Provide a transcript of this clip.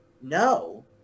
no